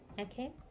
Okay